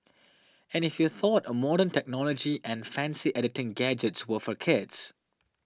and if you thought a modern technology and fancy editing gadgets were for kids